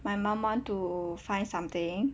my mum want to find something